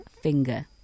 finger